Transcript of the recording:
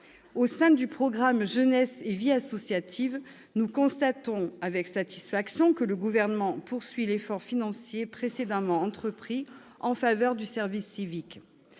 Au sein du programme « Jeunesse et vie associative », nous constatons avec satisfaction que le Gouvernement poursuit l'effort financier précédemment entrepris en faveur du service civique.